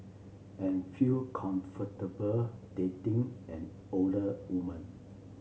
and feel comfortable dating an older woman